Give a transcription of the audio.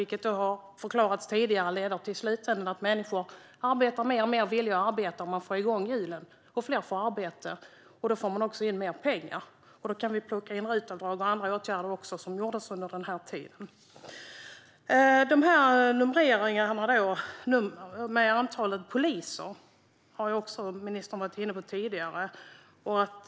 I slutändan ledde det till att människor arbetade mer och att man fick igång hjulen. Då fick man också in mer pengar. Då kan vi inkludera RUT-avdrag och andra åtgärder som vidtogs under den här tiden. Ministern har tidigare varit inne på antalet poliser.